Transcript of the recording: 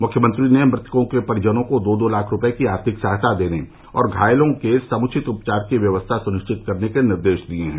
मुख्यमंत्री ने मृतकों के परिजनों को दो दो लाख रुपए की आर्थिक सहायता देने और घायलों के समुचित उपचार की व्यवस्था सुनिश्चित करने के निर्देश दिए हैं